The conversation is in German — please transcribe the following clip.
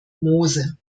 moose